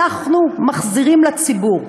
אנחנו מחזירים לציבור.